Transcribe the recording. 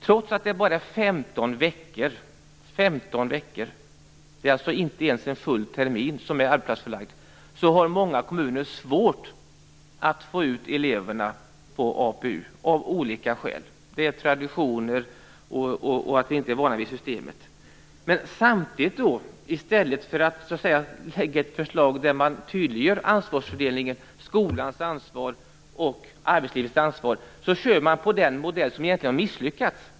Trots att bara 15 veckor, alltså inte ens en full termin, består av arbetsplatsförlagd utbildning, har många kommuner av olika skäl svårt att få ut eleverna på APU. Skälet är traditioner och ovana vid systemet. Men i stället för att lägga fram ett förslag där man tydliggör ansvarsfördelningen, skolans ansvar och arbetslivets ansvar, kör man vidare på den modell som egentligen har misslyckats.